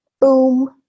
boom